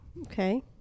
Okay